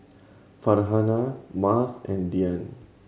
Farhanah Mas and Dian